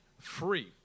free